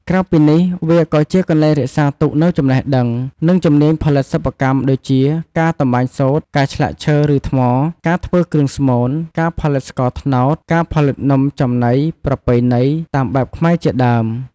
ក្រៅពីនេះវាក៏ជាកន្លែងរក្សាទុកនូវចំណេះដឹង និងជំនាញផលិតសិប្បកម្មដូចជា ការតម្បាញសូត្រ ការឆ្លាក់ឈើ ឬថ្ម ការធ្វើគ្រឿងស្មូន ការផលិតស្ករត្នោត ការផលិតនំចំណីប្រពៃណីតាមបែបខ្មែរជាដើម។